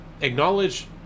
acknowledge